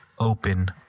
open